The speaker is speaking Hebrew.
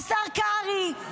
השר קרעי,